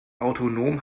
autonom